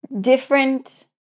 different